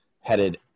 headed